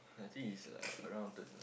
I think it's like around thir~